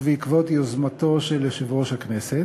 ובעקבות יוזמתו של יושב-ראש הכנסת,